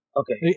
okay